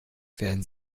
werden